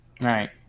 Right